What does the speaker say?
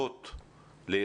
אנחנו פועלים..